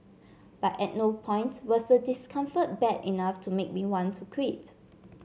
but at no point was the discomfort bad enough to make me want to quit